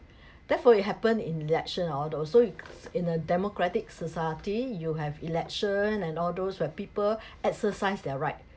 therefore it happens in election or those so in a democratic society you have election and all those where people exercise their rights